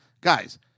Guys